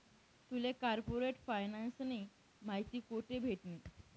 तुले कार्पोरेट फायनान्सनी माहिती कोठे भेटनी?